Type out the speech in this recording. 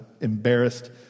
embarrassed